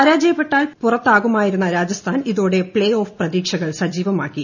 പരാജയപ്പെട്ടാൽ പുറത്താകുമായിരുന്ന രാജസ്ഥാൻ ഇതോടെ പ്ലേ ഓഫ് പ്രതീക്ഷകൾ സജീവമാക്കി